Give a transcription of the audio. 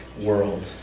world